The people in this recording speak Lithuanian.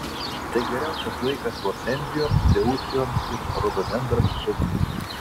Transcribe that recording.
tai geriausias laikas hortenzijoms deucijoms ir rododendrams sodinti